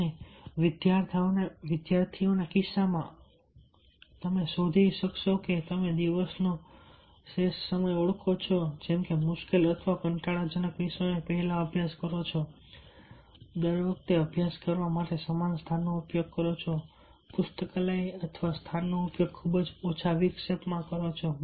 અને વિદ્યાર્થીઓના કિસ્સામાં અને તમે શોધી શકશો કે તમે દિવસનો શ્રેષ્ઠ સમય ઓળખો છો જેમકે મુશ્કેલ અથવા કંટાળાજનક વિષયોનો પહેલા અભ્યાસ કરો છો દર વખતે અભ્યાસ કરવા માટે સમાન સ્થાનનો ઉપયોગ કરો છો પુસ્તકાલય અથવા સ્થાનનો ઉપયોગ ખૂબ જ ઓછા વિક્ષેપોમાં કરો છો